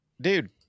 Dude